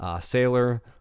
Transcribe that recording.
sailor